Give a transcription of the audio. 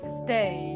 stay